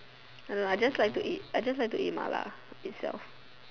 no lah I just like to eat I just like to eat mala itself